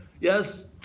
Yes